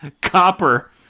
copper